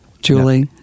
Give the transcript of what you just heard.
Julie